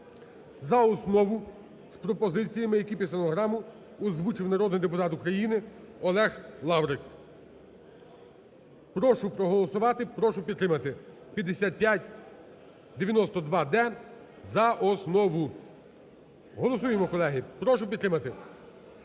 за основу з пропозиціями, які під стенограму озвучив народний депутат України Олег Лаврик. Прошу проголосувати, прошу підтримати (5592-д) за основу. Голосуємо, колеги, прошу підтримати.